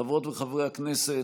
חברות וחברי הכנסת,